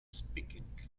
speaking